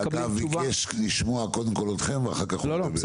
שאגב ביקש לשמוע קודם כל אתכם ואחר כך הוא ידבר.